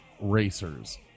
racers